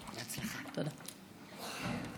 תודה רבה.